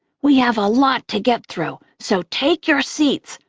we have a lot to get through, so take your seats.